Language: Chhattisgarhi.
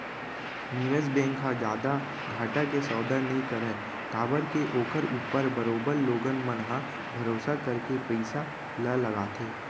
निवेस बेंक ह जादा घाटा के सौदा नई करय काबर के ओखर ऊपर बरोबर लोगन मन ह भरोसा करके पइसा ल लगाथे